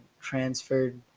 transferred